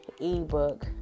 ebook